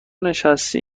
نشستی